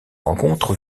rencontre